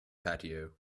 patio